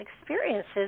experiences